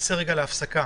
נצא עכשיו להפסקה